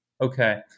Okay